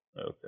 Okay